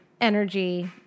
energy